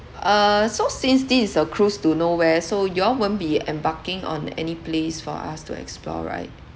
uh so since this is a cruise to nowhere so you all won't be embarking on any place for us to explore right